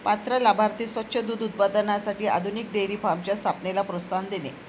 पात्र लाभार्थी स्वच्छ दूध उत्पादनासाठी आधुनिक डेअरी फार्मच्या स्थापनेला प्रोत्साहन देणे